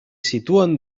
situen